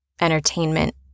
entertainment